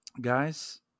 guys